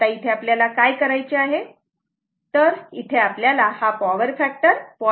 आता इथे आपल्याला काय करायचे आहे तर इथे आपल्याला हा पॉवर फॅक्टर 0